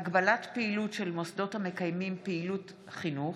(הגבלת פעילות של מוסדות המקיימים פעילות חינוך)